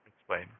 explain